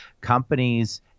companies